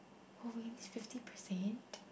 movie fifty per cent